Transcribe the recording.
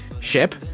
ship